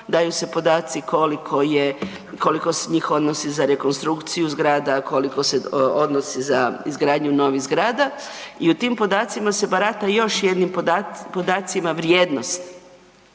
daju se podaci koliko je, koliko se njih odnosi za rekonstrukciju zgrada, koliko se odnosi za izgradnju novih zgrada i u tim podacima se barata još jednim podacima, vrijednost